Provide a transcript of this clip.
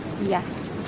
Yes